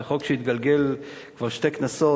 וחוק שהתגלגל כבר שתי כנסות,